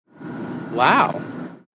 Wow